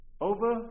over